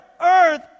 earth